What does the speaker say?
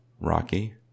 rocky